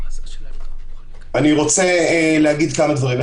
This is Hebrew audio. אני רוצה לומר כמה דברים.